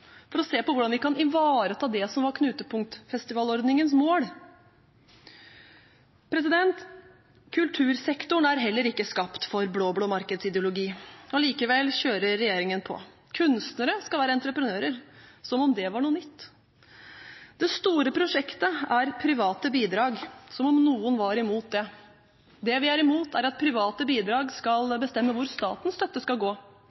for å se på hvordan vi kan ivareta det som var knutepunktfestivalordningens mål. Kultursektoren er heller ikke skapt for blå-blå markedsideologi. Allikevel kjører regjeringen på. Kunstnere skal være entreprenører, som om det var noe nytt. Det store prosjektet er private bidrag, som om noen var imot det. Det vi er imot, er at private bidrag skal bestemme hvor statens støtte skal gå.